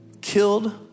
Killed